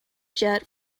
jet